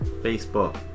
facebook